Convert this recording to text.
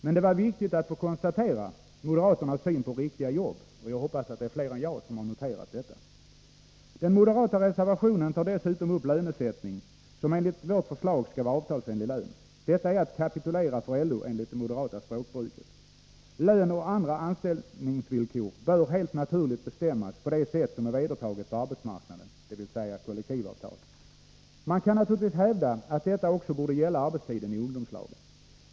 Men det var viktigt att få konstatera moderaternas syn på riktiga jobb. Jag hoppas bara att fler än jag noterat detta. Den moderata reservationen tar dessutom upp lönesättningen, som enligt vårt förslag skall vara avtalsenlig lön. Detta är att kapitulera för LO enligt det moderata språkbruket. Lön och andra anställningsvillkor bör helt naturligt bestämmas på det sätt som är vedertaget på arbetsmarknaden, dvs. enligt kollektivavtalet. Man kan naturligtvis hävda att detta också borde gälla arbetstiden i ungdomslagen.